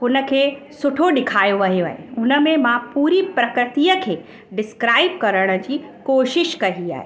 हुन खे सुठो ॾेखायो वियो आहे हुन में मां पूरी प्रकृतीअ खे डिस्क्राइब करण जी कोशिशि कई आहे